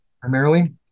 primarily